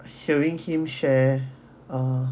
hearing him share ah